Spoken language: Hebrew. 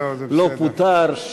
לא פוטר,